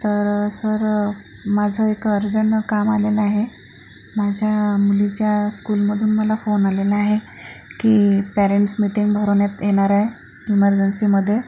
तर सर माझं एक अर्जंन काम आलेलं आहे माझ्या मुलीच्या स्कूलमधून मला फोन आलेला आहे की पेरेंट्स मीटिंग भरवण्यात येणार आहे इमर्जन्सीमध्ये